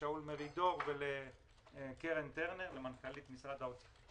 לשאול מרידור ולקרן טרנר מנכ"לית משרד האוצר,